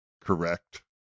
correct